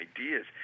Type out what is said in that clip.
ideas